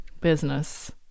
business